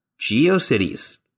GeoCities